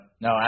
No